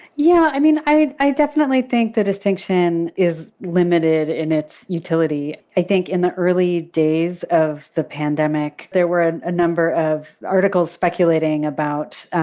yeah, i mean, i i definitely think the distinction is limited in its utility. i think in the early days of the pandemic, there were a number of articles speculating about